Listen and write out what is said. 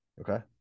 Okay